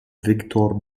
viktor